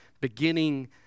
beginning